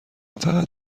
فقط